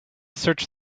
search